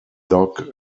dock